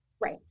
right